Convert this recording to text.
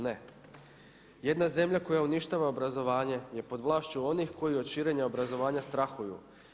Ne, jedna zemlja koja uništava obrazovanje je pod vlašću onih koji od širenja obrazovanja strahuju.